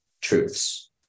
truths